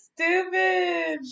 Stupid